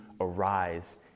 arise